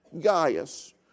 Gaius